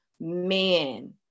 men